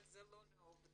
אבל זה לא לעובדים,